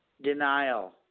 denial